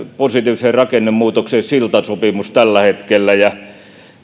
positiivisen rakennemuutoksen siltasopimus tällä hetkellä ja